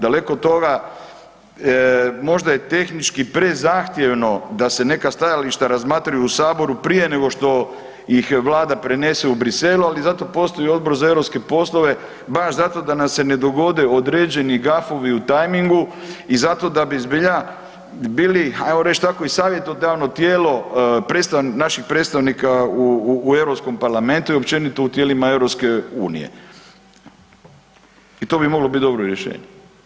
Daleko od toga možda je tehnički prezahtjevno da se neka stajališta razmatraju u saboru prije nego što ih vlada prenese u Brisel, ali zato postoji Odbor za europske poslove baš zato da nam se ne dogode određeni gafovi u tajmingu i zato da bi zbilja bili ajmo reć tako i savjetodavno tijelo naših predstavnika u Europskom parlamentu i općenito u tijelima EU i to bi moglo bit dobro rješenje.